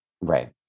Right